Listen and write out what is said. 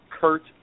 Kurt